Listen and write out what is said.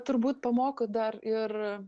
turbūt pamoko dar ir